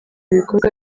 bikorwa